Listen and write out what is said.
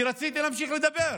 כי רציתי להמשיך לדבר.